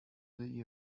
they